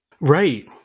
Right